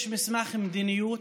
יש מסמך מדיניות,